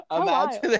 Imagine